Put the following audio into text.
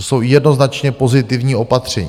To jsou jednoznačně pozitivní opatření.